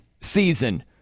season